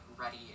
ready